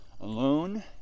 alone